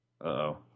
Uh-oh